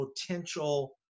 potential